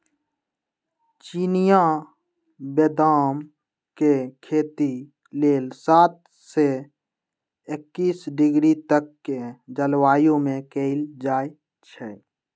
चिनियाँ बेदाम के खेती लेल सात से एकइस डिग्री तक के जलवायु में कएल जाइ छइ